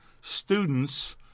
students